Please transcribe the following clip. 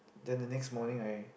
then the next morning I